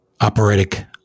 operatic